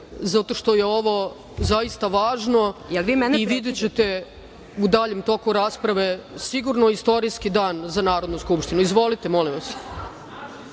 zato što je ovo zaista važno i videćete u daljem toku rasprave sigurno istorijski dan za Narodnu skupštinu. Izvolite, molim vas.